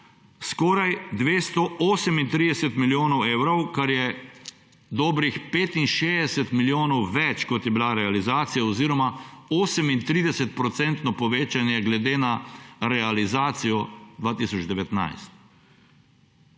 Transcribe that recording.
skoraj 238 milijonov evrov, kar je dobrih 65 milijonov več, kot je bila realizacija oziroma 38-odstotno povečanje glede na realizacijo 2019.